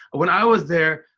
when i was there,